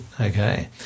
Okay